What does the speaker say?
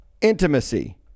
intimacy